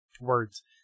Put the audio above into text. words